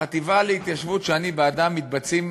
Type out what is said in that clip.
בחטיבה להתיישבות, שאני בעדה, מתבצעים